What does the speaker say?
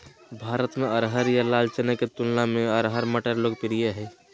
भारत में अरहर या लाल चने के तुलना में अरहर मटर लोकप्रिय हइ